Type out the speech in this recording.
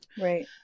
Right